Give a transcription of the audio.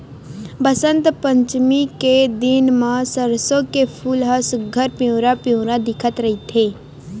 बसंत पचमी के दिन म सरसो के फूल ह सुग्घर पिवरा पिवरा दिखत रहिथे